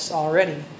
already